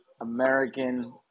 American